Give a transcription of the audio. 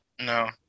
No